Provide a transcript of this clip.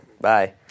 Bye